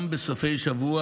גם בסופי שבוע,